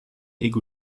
ego